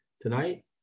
tonight